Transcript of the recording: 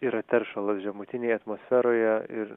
yra teršalas žemutinėj atmosferoje ir